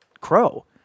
Crow